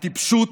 הטיפשות,